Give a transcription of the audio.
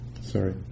sorry